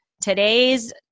today's